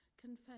confess